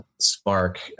Spark